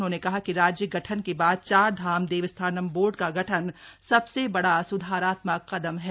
उन्होंने कहा कि राज्य गठन के बाद चारधाम देवस्थानम बोर्ड का गठन सबसे बड़ा सुधारात्मक कदम है